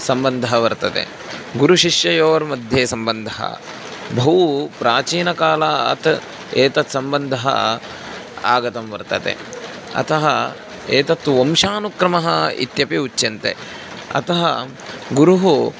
सम्बन्धः वर्तते गुरुशिष्ययोर्मध्ये सम्बन्धः बहु प्राचीनकालात् एतत् सम्बन्धः आगतं वर्तते अतः एतत् वंशानुक्रमः इत्यपि उच्यन्ते अतः गुरुः